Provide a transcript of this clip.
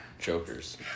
jokers